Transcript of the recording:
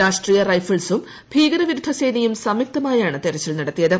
രാഷ്ട്രീയ റൈഫിൾസും ഭീകര വിരുദ്ധ സേനയും സ്യുക്തമായാണ് തെരച്ചിൽ നടത്തിയത്